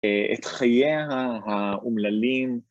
את חיי האומללים.